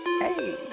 Hey